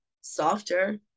softer